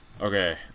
Okay